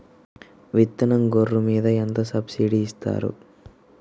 విత్తనం గొర్రు మీద ఎంత సబ్సిడీ ఇస్తారు?